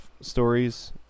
stories